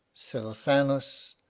celsanus.